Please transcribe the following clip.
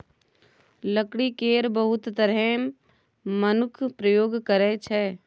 लकड़ी केर बहुत तरहें मनुख प्रयोग करै छै